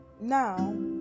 Now